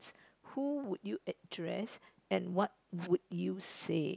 who would you address and what would you say